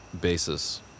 basis